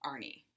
Arnie